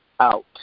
Out